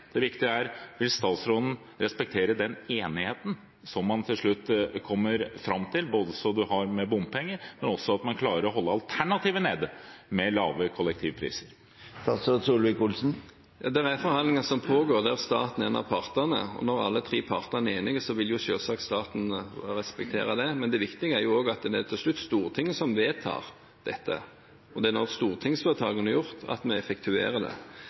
respektere den enigheten som man til slutt kommer fram til, når det gjelder både bompenger og det å klare å holde alternativet nede, med lave kollektivpriser? Det foregår forhandlinger der staten er en av partene. Når alle tre partene er enige, vil selvsagt staten respektere det. Det viktige er at det til slutt er Stortinget som vedtar dette, og det er når stortingsvedtakene er gjort, at vi effektuerer det. Men vi ønsker altså å bidra til at vi massivt får bygd ut kollektivtilbudet i Oslo nettopp for å gi folk et alternativ til bil. Det